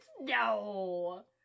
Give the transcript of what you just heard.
No